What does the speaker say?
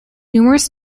numerous